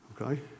Okay